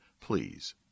please